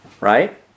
Right